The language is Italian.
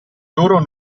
loro